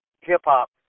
hip-hop